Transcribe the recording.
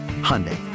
Hyundai